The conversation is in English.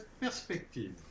perspective